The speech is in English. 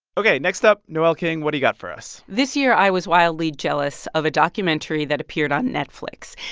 ok. next up, noel king, what do you got for us? this year, i was wildly jealous of a documentary that appeared on netflix.